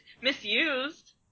misused